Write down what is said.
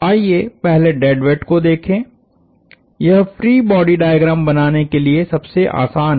आइए पहले dead weight को देखें यह फ्री बॉडी डायग्राम बनाने के लिए सबसे आसान है